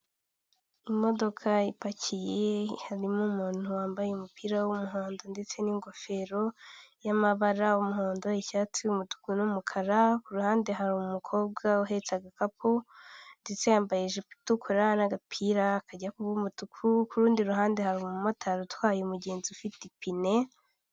Imodoka ipakiye harimo umuntu wambaye umupira w'umuhondo ndetse n'ingofero y'amabara umuhondo, icyatsi, umutuku n'umukara, ku ruhande hari umukobwa uhetse agakapu ndetse yambaye ijipo itukura n'agapira kajya umutuku, ku rundi ruhande hari umumotari utwaye umugenzi ufite ipine.